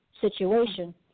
situation